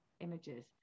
images